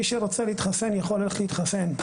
מי שרוצה להתחסן, יכול ללכת להתחסן.